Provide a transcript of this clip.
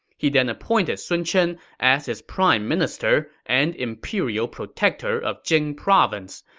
he then appointed sun chen as his prime minister and imperial protector of jing province,